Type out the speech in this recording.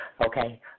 Okay